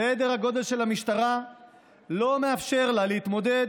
סדר הגודל של המשטרה לא מאפשר לה להתמודד